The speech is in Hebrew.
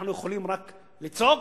אנחנו יכולים רק לצעוק,